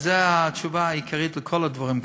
וזו התשובה העיקרית על כל הדברים כאן,